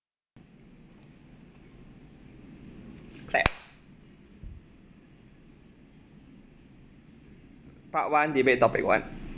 okay part one debate topic one